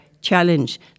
challenge